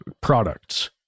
products